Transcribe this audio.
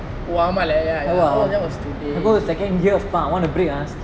oh ஆமாலெ:aamale oh that was today